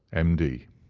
m d.